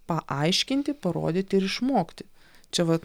paaiškinti parodyti ir išmokti čia vat